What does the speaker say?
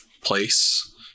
place